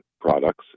products